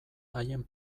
haien